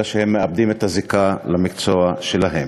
אלא הם מאבדים את הזיקה למקצוע שלהם.